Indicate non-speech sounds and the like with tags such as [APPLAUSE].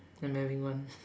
I'm having one [LAUGHS]